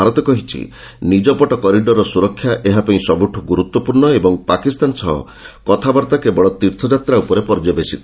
ଭାରତ କହିଛି ନିଜ ପଟ କରିଡରର ସୁରକ୍ଷା ଏହା ପାଇଁ ସବୁଠୁ ଗୁରୁତ୍ୱପୂର୍ଣ୍ଣ ଓ ପାକିସ୍ତାନ ସହ କଥାବାର୍ତ୍ତା କେବଳ ତୀର୍ଥଯାତ୍ରା ଉପରେ ପର୍ଯ୍ୟବେଶିତ